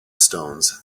stones